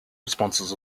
responses